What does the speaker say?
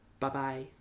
Bye-bye